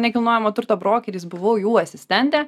nekilnojamo turto brokeriais buvau jų asistentė